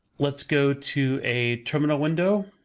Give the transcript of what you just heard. let's go to a terminal window